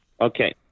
Okay